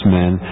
men